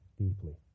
deeply